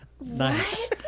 Nice